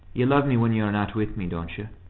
you love me when you are not with me, don't you?